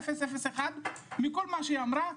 מכל מה שאמרה,